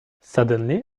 suddenly